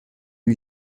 eut